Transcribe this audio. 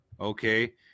Okay